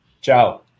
Ciao